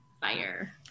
fire